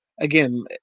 again